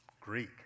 Greek